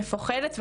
מפוחדת,